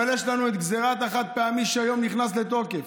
אבל יש לנו את גזרת החד-פעמי שהיום נכנסה לתוקף.